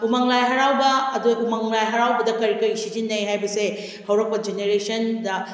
ꯎꯃꯪ ꯂꯥꯏ ꯍꯔꯥꯎꯕ ꯑꯗꯨꯒ ꯎꯃꯪ ꯂꯥꯏ ꯍꯔꯥꯎꯕꯗ ꯀꯔꯤ ꯀꯔꯤ ꯁꯤꯖꯤꯟꯅꯩ ꯍꯥꯏꯕꯁꯦ ꯍꯧꯔꯛꯄ ꯖꯦꯅꯦꯔꯦꯁꯟꯗ